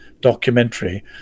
documentary